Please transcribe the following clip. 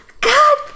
God